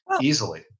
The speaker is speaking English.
easily